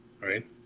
right